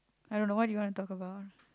I don't know what do you want to talk about